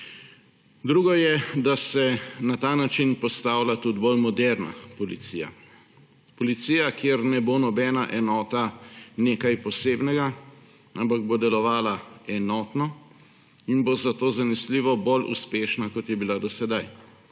Drugo je, da se na ta način postavlja tudi bolj moderna policija. Policija, kjer ne bo nobena enota nekaj posebnega, ampak bo delovala enotno in bo zato zanesljivo bolj uspešna, kot je bila do sedaj.